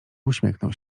uśmiechnął